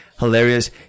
hilarious